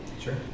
sure